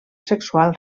sexual